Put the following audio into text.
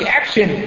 action